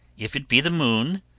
if it be the moon,